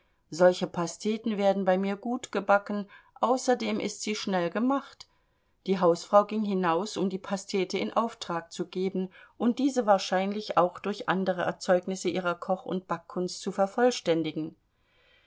solche pasteten werden bei mir gut gebacken außerdem ist sie schnell gemacht die hausfrau ging hinaus um die pastete in auftrag zu geben und diese wahrscheinlich auch durch andere erzeugnisse ihrer koch und backkunst zu vervollständigen